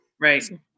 Right